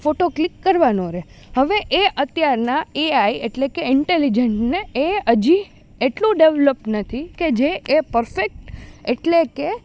photo click કરવાનો રહે હવે એ અત્યારના એઆઈ એટલે કે ઇન્ટેલિજન્ટને એ હજી એટલો ડેવલોપ નથી કે જે એ પરફેક્ટ એટલે કે